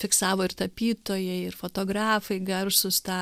fiksavo ir tapytojai ir fotografai garsūs tą